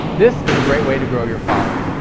this is a great way to grow your following.